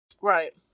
Right